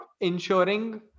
ensuring